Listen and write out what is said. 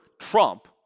Trump